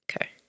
Okay